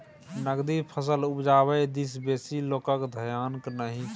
नकदी फसल उपजाबै दिस बेसी लोकक धेआन नहि छै